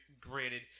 granted